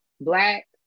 black